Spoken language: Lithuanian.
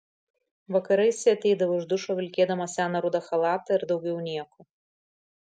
vakarais ji ateidavo iš dušo vilkėdama seną rudą chalatą ir daugiau nieko